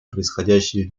происходящие